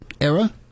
era